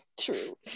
True